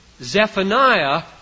Zephaniah